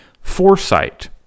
foresight